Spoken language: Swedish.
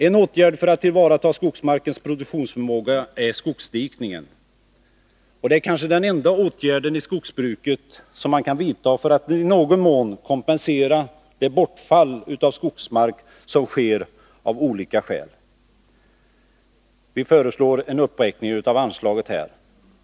En åtgärd för att bättre tillvarata skogsmarkens produktionsförmåga är skogsdikningen. Detta är kanske den enda åtgärd skogsbruket kan vidta för att i någon mån kompensera det bortfall av skogsmark som sker av olika skäl. 53 Vi föreslår en uppräkning av anslaget på denna punkt.